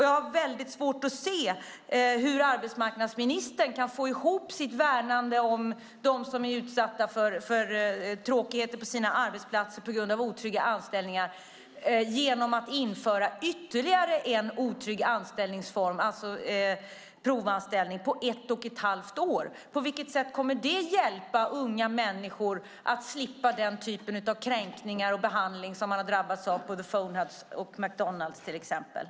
Jag har väldigt svårt att se hur arbetsmarknadsministern kan få ihop sitt värnande om dem som är utsatta för tråkigheter på sina arbetsplatser på grund av otrygga anställningar med att införa ytterligare en otrygg anställningsform, det vill säga en provanställning på ett och ett halvt år. På vilket sätt kommer det att hjälpa unga människor att slippa den typ av kränkningar de har drabbats av på till exempel The Phone House och McDonalds?